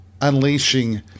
unleashing